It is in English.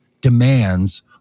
demands